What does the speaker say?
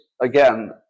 again